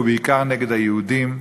ובעיקר נגד היהודים.